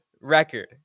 record